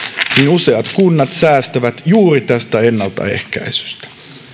useat kunnat säästävät juuri tästä ennaltaehkäisystä